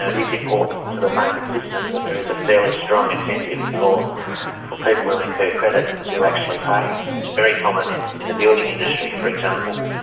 ah is important to the payment system that there is a fairly strong incentive for for people who incur credit to actually pay. it's very common in in the building industry, for example,